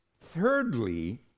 thirdly